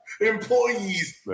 employees